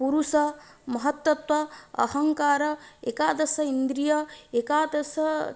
पुरुषः महत्तत्त्वम् अहङ्कारः एकादशेन्द्रियाः एकादश